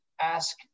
ask